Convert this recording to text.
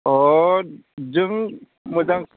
अ जों मोजां